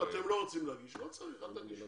אתם לא רוצים להגיש, לא צריך, אל תגישו.